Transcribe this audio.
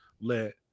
let